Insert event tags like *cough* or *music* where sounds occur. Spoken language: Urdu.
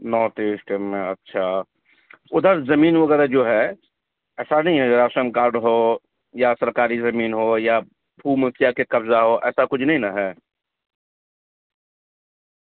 نارتھ ایسٹ میں اچھا ادھر زمین وغیرہ جو ہے ایسا نہیں ہے راشن کارڈ ہو یا سرکاری زمین ہو یا *unintelligible* کیا کے قبضہ ہو ایسا کچھ نہیں نہ ہے